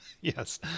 yes